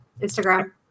Instagram